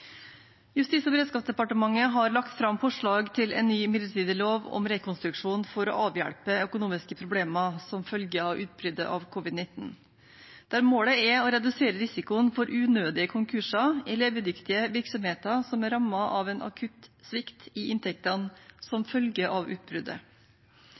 Justis- og beredskapsdepartementet har lagt fram forslag til en ny midlertidig lov om rekonstruksjon for å avhjelpe økonomiske problemer som følge av utbruddet av covid-19, der målet er å redusere risikoen for unødige konkurser i levedyktige virksomheter som er rammet av en akutt svikt i inntektene